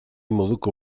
moduko